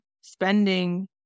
spending